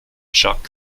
chuck